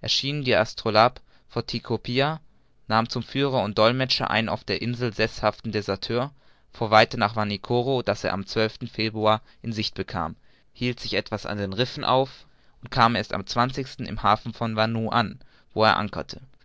erschienen die aula vor tikopia nahm zum führer und dollmetscher einen auf dieser insel seßhaften deserteur fuhr weiter nach vanikoro das er am februar in sicht bekam hielt sich etwas an den rissen auf und kam erst am im hafen von vanou an wo er ankerte